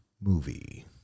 movie